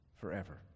forever